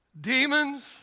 demons